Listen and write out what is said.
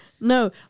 No